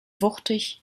wuchtig